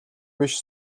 биш